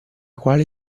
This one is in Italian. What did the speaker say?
quale